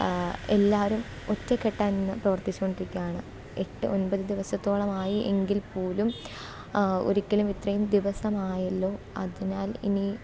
എല്ലാവരും ഒറ്റക്കെട്ടായി നിന്ന് പ്രവർത്തിച്ചു കൊണ്ടിരിയ്ക്കയാണ് എട്ട് ഒൻപത് ദിവസത്തോളമായി എങ്കിൽപ്പോലും ഒരിക്കലും ഇത്രയും ദിവസം ആയല്ലൊ അതിനാൽ ഇനി